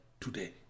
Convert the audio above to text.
today